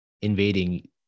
invading